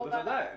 בוודאי.